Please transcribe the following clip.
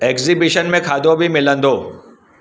exhibition में खाधो बि मिलंदो